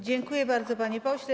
Dziękuję bardzo, panie pośle.